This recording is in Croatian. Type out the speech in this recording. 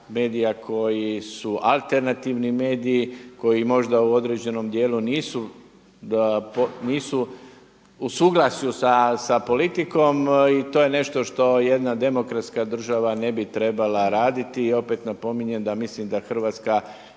koji su alternativni mediji koji možda u određenom dijelu nisu u suglasju sa politikom i to je nešto što jedna demokratska država ne bi trebala raditi. I opet napominjem da mislim da Hrvatska